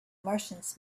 martians